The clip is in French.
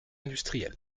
industriels